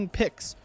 picks